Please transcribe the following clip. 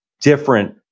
different